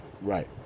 Right